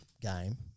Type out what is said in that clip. game